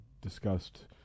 discussed